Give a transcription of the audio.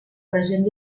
present